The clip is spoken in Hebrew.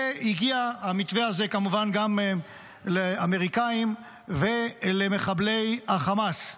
והגיע המתווה הזה כמובן גם לאמריקאים ולמחבלי חמאס.